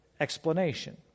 explanation